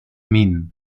minh